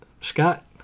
Scott